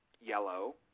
yellow